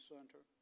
Center